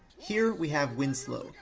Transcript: here, we have winslow,